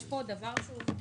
יש פה דבר שהוא,